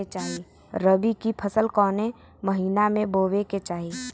रबी की फसल कौने महिना में बोवे के चाही?